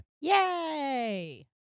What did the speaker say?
Yay